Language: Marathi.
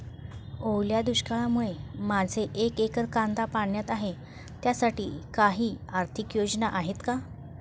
ओल्या दुष्काळामुळे माझे एक एकर कांदा पाण्यात आहे त्यासाठी काही आर्थिक योजना आहेत का?